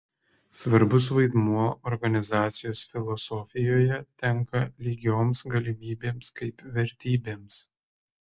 svarbus vaidmuo organizacijos filosofijoje tenka lygioms galimybėms kaip vertybėms